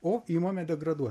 o imame degraduoti